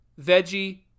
veggie